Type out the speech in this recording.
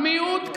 מיעוט קטן,